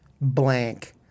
blank